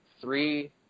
three